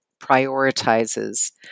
prioritizes